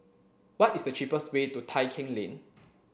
what is the cheapest way to Tai Keng Lane